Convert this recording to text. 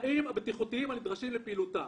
"התנאים הבטיחותיים הנדרשים לפעילותה".